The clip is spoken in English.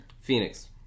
Phoenix